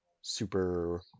super